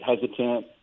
hesitant